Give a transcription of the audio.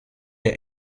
der